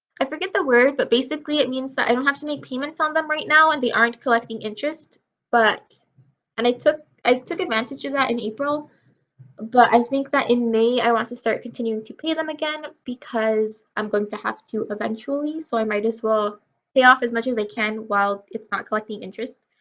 i forget the word but basically it means that i don't have to make payments on them right now and they aren't collecting interest but and i took i took advantage of that in april but i think that in may i want to start continuing to pay them again because i'm going to have to eventually so i might as well pay off as much as i can while it's not collecting interest.